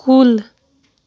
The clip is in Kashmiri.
کُل